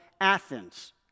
Athens